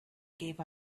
gave